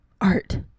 art